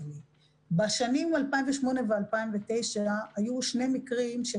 בשנים 2008 ו-2009 היו שני מקרים של